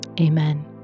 Amen